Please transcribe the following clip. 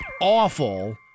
awful